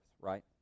right